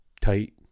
tight